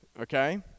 okay